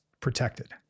protected